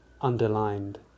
Underlined